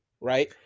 right